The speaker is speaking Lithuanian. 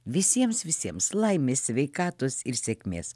visiems visiems laimės sveikatos ir sėkmės